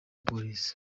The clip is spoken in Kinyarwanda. police